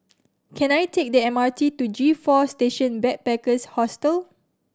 can I take the M R T to G Four Station Backpackers Hostel